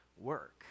work